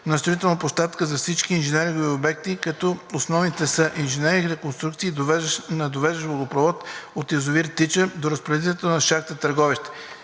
на строителни площадки за всички инженерингови обекти, като основните са: „Инженеринг – реконструкция на довеждащ водопровод от язовир „Тича“ до разпределителна шахта „Търговище“.